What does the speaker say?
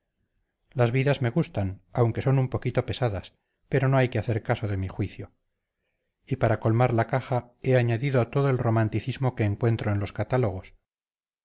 las vidas me gustan aunque son un poquito pesadas pero no hay que hacer caso de mi juicio y para colmar la caja he añadido todo el romanticismo que encuentro en los catálogos